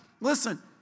listen